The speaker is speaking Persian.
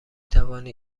توانی